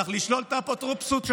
צריך לשלול את האפוטרופסות שלו.